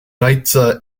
reize